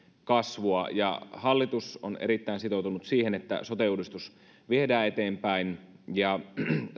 kasvua hallitus on erittäin sitoutunut siihen että sote uudistus viedään eteenpäin ja